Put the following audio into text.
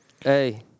Hey